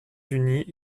unis